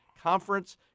conference